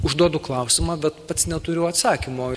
užduodu klausimą bet pats neturiu atsakymo